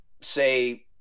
say –